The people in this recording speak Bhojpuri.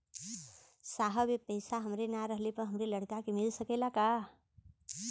साहब ए पैसा हमरे ना रहले पर हमरे लड़का के मिल सकेला का?